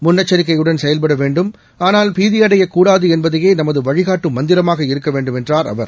முன்னெச்சரிக்கையுடன் செயவ்பட வேண்டும் ஆனால் பீதியடைக்கூடாது என்பதையே நமது வழிகாட்டும் மந்திரமாக இருக்க வேண்டும் என்றார் அவர்